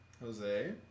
Jose